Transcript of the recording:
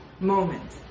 moment